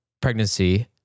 pregnancy